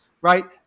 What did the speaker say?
right